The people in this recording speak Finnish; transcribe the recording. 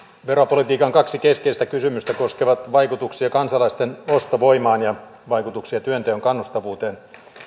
veropolitiikan kaksi keskeistä kysymystä koskevat vaikutuksia kansalaisten ostovoimaan ja vaikutuksia työnteon kannustavuuteen